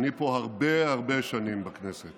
זה לא מתאים להגביל ראש ממשלה